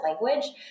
language